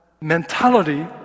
mentality